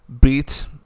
beat